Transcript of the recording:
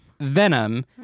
venom